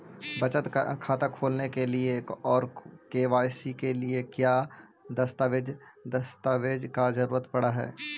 बचत खाता खोलने के लिए और के.वाई.सी के लिए का क्या दस्तावेज़ दस्तावेज़ का जरूरत पड़ हैं?